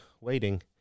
waiting